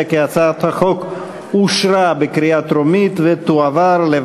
ההצעה להעביר את הצעת חוק לתיקון פקודת התעבורה (הגבלת